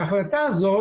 ההחלטה הזאת